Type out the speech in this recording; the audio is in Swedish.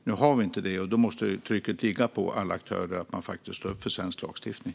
Nu har vi inte det, och då måste trycket ligga på alla aktörer att stå upp för svensk lagstiftning.